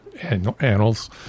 annals